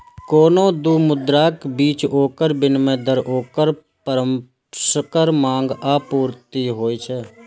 कोनो दू मुद्राक बीच ओकर विनिमय दर ओकर परस्पर मांग आ आपूर्ति होइ छै